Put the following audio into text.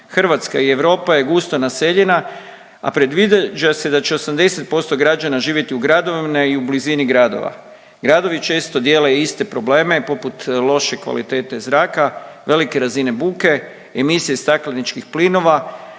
Hrvatska i Europa je gusto naseljena a predviđa se da će 80% građana živjeti u gradovima i u blizini gradova. Gradovi često dijele iste probleme poput loše kvalitete zraka, velike razine buke, emisije stakleničkih plinova,